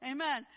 Amen